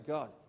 God